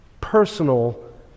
personal